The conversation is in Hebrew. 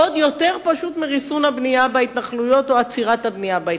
עוד יותר פשוט מריסון הבנייה בהתנחלויות או מעצירת הבנייה בהתנחלויות,